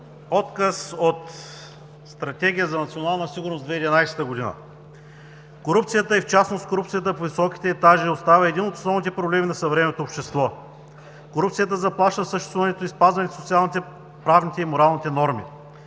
откъс от Стратегия за национална сигурност – 2011 г.: „Корупцията и в частност корупцията по високите етажи остава един от основните проблеми на съвременното общество. Корупцията заплашва съществуването и спазването на социалните, правните и моралните норми.